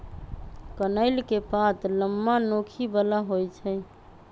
कनइल के पात लम्मा, नोखी बला होइ छइ